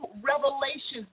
revelations